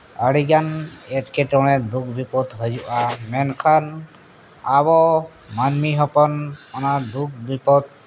ᱟᱹᱰᱤᱜᱟᱱ ᱮᱴᱠᱮᱴᱚᱬᱮ ᱫᱩᱠ ᱵᱤᱯᱚᱫᱽ ᱦᱤᱭᱩᱜᱼᱟ ᱢᱮᱱᱠᱷᱟᱱ ᱟᱵᱚ ᱢᱟᱱᱢᱤ ᱦᱚᱯᱚᱱ ᱚᱱᱟ ᱫᱩᱠᱼᱵᱤᱯᱚᱫᱽ